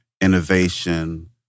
innovation